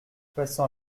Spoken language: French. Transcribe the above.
passant